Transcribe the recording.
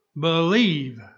Believe